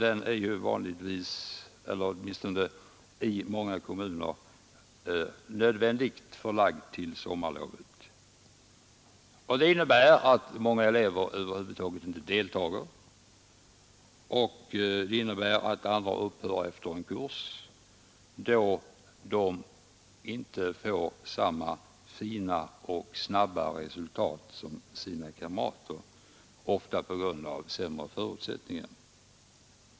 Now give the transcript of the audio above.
I många kommuner är den med nödvändighet förlagd till sommarlovet, och det innebär att många elever över huvud taget inte deltar och att andra slutar efter en kurs, då de inte når samma fina och snabba resultat som sina kamrater, ofta på grund av sämre förutsättningar.